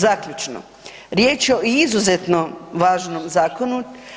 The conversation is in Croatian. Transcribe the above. Zaključno, riječ je o izuzetno važnom zakonu.